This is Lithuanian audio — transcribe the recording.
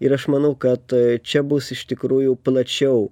ir aš manau kad čia bus iš tikrųjų plačiau